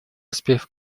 успев